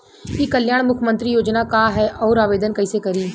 ई कल्याण मुख्यमंत्री योजना का है और आवेदन कईसे करी?